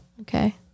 Okay